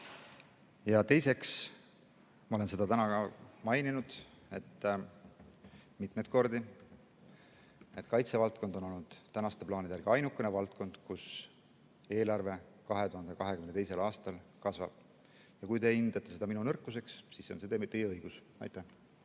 Teiseks, ma olen seda täna ka maininud mitmeid kordi, et kaitsevaldkond on olnud tänaste plaanide järgi ainukene valdkond, kus eelarve 2022. aastal kasvab. Kui te hindate seda minu nõrkuseks, siis on see teie õigus. Jah,